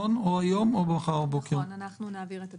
אנחנו נעביר את הדברים.